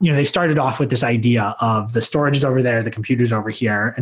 you know they started off with this idea of the storage is over there, the compute is over here. and